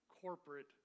corporate